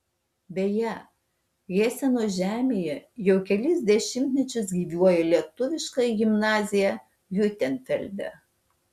beje heseno žemėje jau kelis dešimtmečius gyvuoja lietuviška gimnazija hiutenfelde